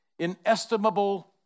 inestimable